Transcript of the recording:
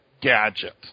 gadget